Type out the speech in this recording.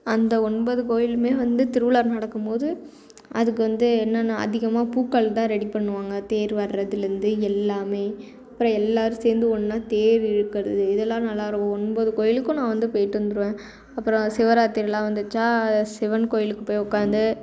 அந்த ஒன்பது கோவிலுமே வந்து திருவிழா நடக்கும் போது அதுக்கு வந்து என்னென்னா அதிகமாக பூக்கள் தான் ரெடி பண்ணுவாங்க தேர் வர்றதுலேருந்து எல்லாமே அப்புறம் எல்லோரும் சேர்ந்து ஒன்றா தேர் இழுக்குறது இதெல்லாம் நல்லா இருக்கும் ஒன்பது கோவிலுக்கும் நான் வந்து போய்ட்டு வந்திருவேன் அப்புறம் சிவராத்திரியெலாம் வந்துச்சா சிவன் கோவிலுக்கு போய் உட்காந்து